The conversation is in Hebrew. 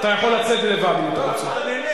אתה יכול לצאת לבד אם אתה רוצה.